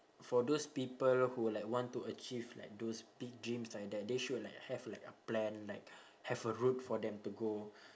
for those people who like want to achieve like those big dreams like that they should like have like a plan like have a route for them to go